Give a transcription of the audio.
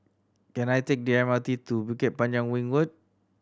can I take the M R T to Bukit Panjang Ring Road